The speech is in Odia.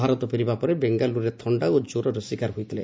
ଭାରତ ଫେରିବା ପରେ ବେଙ୍ଗାଲୁରୁରେ ଥଣ୍ତା ଓ ଜ୍ୱରର ଶିକାର ହୋଇଥିଲେ